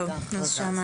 בבקשה, הקראה.